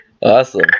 Awesome